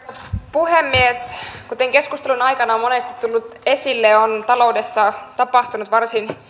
puhemies kuten keskustelun aikana on monesti tullut esille on taloudessa tapahtunut varsin